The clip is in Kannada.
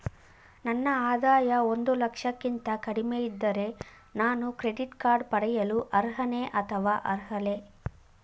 ನನ್ನ ಆದಾಯ ಒಂದು ಲಕ್ಷಕ್ಕಿಂತ ಕಡಿಮೆ ಇದ್ದರೆ ನಾನು ಕ್ರೆಡಿಟ್ ಕಾರ್ಡ್ ಪಡೆಯಲು ಅರ್ಹನೇ ಅಥವಾ ಅರ್ಹಳೆ?